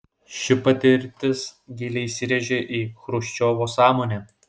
ši patirtis giliai įsirėžė į chruščiovo sąmonę